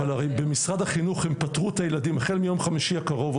אבל הרי במשרד החינוך הם פטרו את הילדים החל מיום חמישי הקרוב,